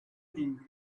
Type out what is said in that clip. green